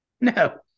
No